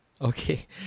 Okay